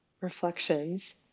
reflections